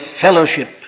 fellowship